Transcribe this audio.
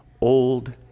old